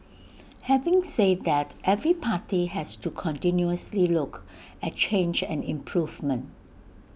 having say that every party has to continuously look at change and improvement